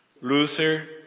Luther